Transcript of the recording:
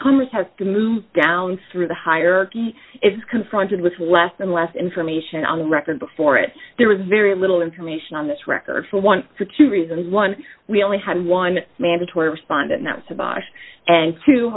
commerce has to move down through the hierarchy it's confronted with less and less information on the record before it there was very little information on this record for one to two reasons one we only had one mandatory respondent not so bosh and t